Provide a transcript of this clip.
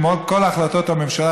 כמו כל החלטות הממשלה,